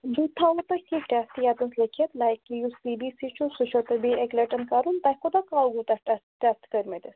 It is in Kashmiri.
بہٕ تھاوَو تۄہہِ کیٚنٛہہ ٹٮ۪سٹ یَتنَس لیٚکھِتھ لایِک کہِ یُس سی بی سی چھُ سُہ چھُ تۄہہِ بیٚیہِ اَکہِ لَٹٮ۪ن کَرُن تۄہہِ کوٗتاہ کال گوٚو تَتھ ٹٮ۪سٹ ٹٮ۪سٹ کٔرۍمٕتِس